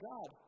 God